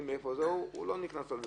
הוא לא נכנס לזה,